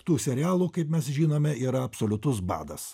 tų serialų kaip mes žinome yra absoliutus badas